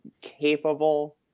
capable